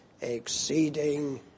exceeding